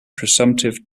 presumptive